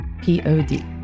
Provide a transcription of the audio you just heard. Pod